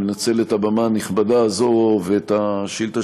ואני מנצל את הבמה הנכבדה הזאת ואת השאילתה